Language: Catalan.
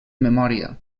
memòria